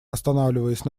останавливаясь